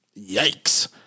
Yikes